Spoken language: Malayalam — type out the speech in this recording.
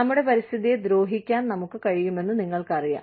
നമ്മുടെ പരിസ്ഥിതിയെ ദ്രോഹിക്കാൻ നമുക്ക് കഴിയുമെന്ന് നിങ്ങൾക്കറിയാം